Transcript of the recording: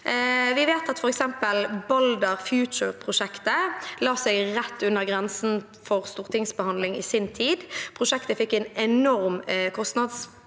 Vi vet at f.eks. Balder Future-prosjektet la seg rett under grensen for stortingsbehandling i sin tid. Prosjektet fikk en enorm kostnadssprekk